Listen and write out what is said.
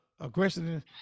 aggression